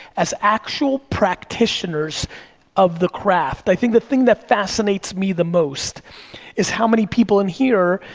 as actual practitioners of the craft. i think the thing that fascinates me the most is how many people in here,